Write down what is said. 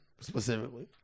specifically